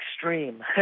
extreme